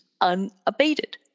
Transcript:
unabated